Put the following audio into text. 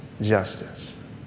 justice